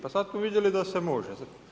Pa sad smo vidjeli da se može.